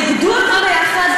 ואיגדו אותן ביחד,